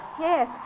Yes